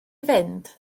fynd